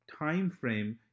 timeframe